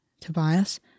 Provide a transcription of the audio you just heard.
Tobias